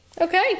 Okay